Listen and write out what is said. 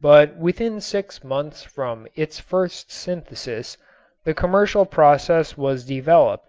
but within six months from its first synthesis the commercial process was developed